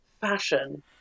fashion